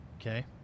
Okay